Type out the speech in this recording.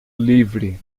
livre